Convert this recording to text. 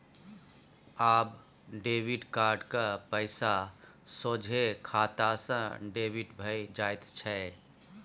आब credit card क पैसा सोझे खाते सँ डेबिट भए जाइत छै